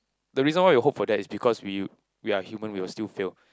the reason why we hope for that is because we we're human we will still fail